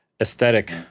aesthetic